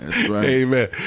Amen